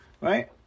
right